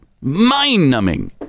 mind-numbing